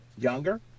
younger